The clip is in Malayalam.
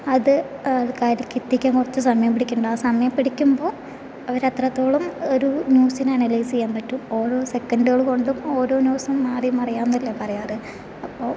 അത് ആൾക്കാരിലേക്ക് എത്തിക്കാൻ കുറച്ച് സമയം പിടിക്കുന്നുണ്ട് ആ സമയം പിടിക്കുമ്പോൾ അവര് അത്രത്തോളം ഒരു ന്യൂസിനെ അനലൈസ് ചെയ്യാൻ പറ്റും ഓരോ സെക്കന്റുകള് കൊണ്ടും ഓരോ ന്യൂസും മാറി മറിയാം എന്നല്ലേ പറയാറ് അപ്പോൾ